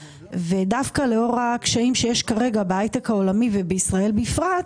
ודווקא לאור הקשיים שיש כרגע בהייטק העולמי ובישראל בפרט,